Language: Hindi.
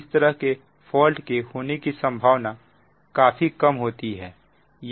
इस तरह के फॉल्ट के होने की संभावना काफी कम होती है